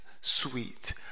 sweet